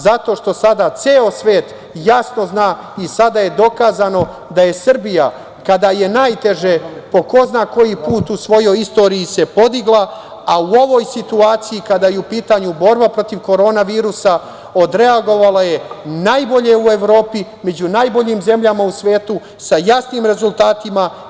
Zato što sada ceo svet jasno zna i sada je dokazano da Srbija kada je najteže, po ko zna koji put u svojoj istoriji se podigla, a u ovoj situaciji kada je u pitanju borba protiv korona virusa odreagovala je najbolje u Evropi, među najboljim zemljama u svetu sa jasnim rezultatima.